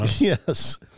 Yes